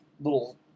little